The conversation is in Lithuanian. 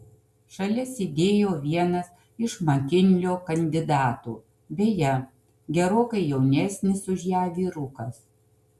šalia sėdėjo vienas iš makinlio kandidatų beje gerokai jaunesnis už ją vyrukas